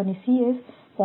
અને 0